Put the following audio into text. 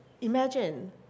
imagine